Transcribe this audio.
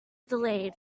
delayed